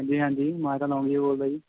ਹਾਂਜੀ ਹਾਂਜੀ ਮੈਂ ਤਾਂ ਲੋਂਗੀਆ ਬੋਲਦਾ ਜੀ